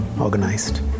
organized